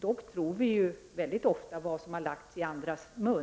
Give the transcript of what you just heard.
Dock tror vi väldigt ofta sådant som har lagts i någon annans mun.